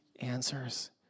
answers